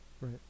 Right